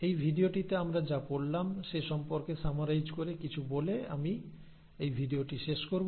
এই ভিডিওটিতে আমরা যা পড়লাম সে সম্পর্কে সামারাইজ করে কিছু বলে আমি এই ভিডিওটি শেষ করব